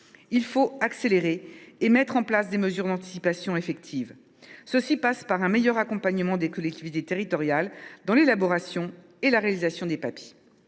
Il faut accélérer et mettre en place des mesures d’anticipation effectives. Cela passe par un meilleur accompagnement des collectivités territoriales dans l’élaboration et la réalisation des Papi.